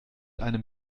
einem